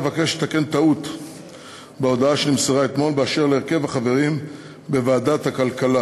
אבקש לתקן טעות בהודעה שנמסרה אתמול באשר להרכב החברים בוועדת הכלכלה: